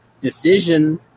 decision